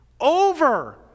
over